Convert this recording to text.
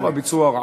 חוק טוב, הביצוע רע.